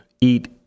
eat